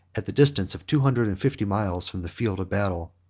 at the distance of two hundred and fifty miles from the field of battle.